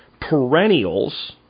perennials